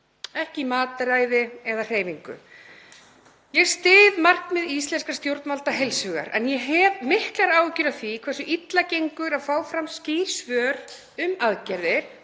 ekki mataræði eða hreyfingu. Ég styð markmið íslenskra stjórnvalda heils hugar en ég hef miklar áhyggjur af því hversu illa gengur að fá fram skýr svör um aðgerðir